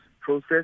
process